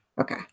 Okay